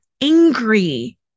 angry